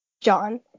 John